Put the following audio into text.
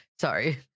sorry